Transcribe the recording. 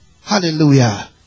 Hallelujah